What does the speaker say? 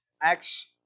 Acts